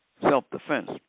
self-defense